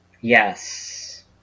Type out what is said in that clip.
Yes